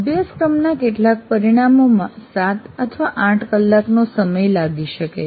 અભ્યાસક્રમના કેટલાક પરિણામોમાં 7 અથવા 8 કલાકનો સમય લાગી શકે છે